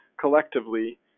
collectively